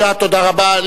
תודה רבה.